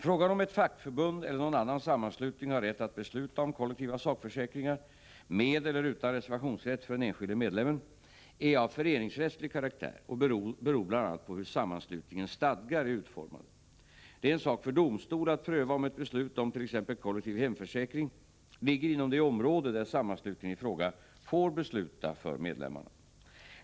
Frågan om ett fackförbund eller någon annan sammanslutning har rätt att besluta om kollektiva sakförsäkringar — med eller utan reservationsrätt för den enskilde medlemmen -— är av föreningsrättslig karaktär och beroende bl.a. på hur sammanslutningens stadgar är utformade. Det är en sak för domstol att pröva om ett beslut om t.ex. kollektiv hemförsäkring ligger inom det område där sammanslutningen i fråga får besluta för medlemmarna.